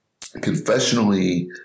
confessionally